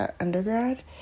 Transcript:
undergrad